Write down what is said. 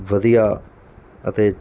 ਵਧੀਆ ਅਤੇ